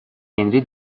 هنری